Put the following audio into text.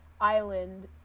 island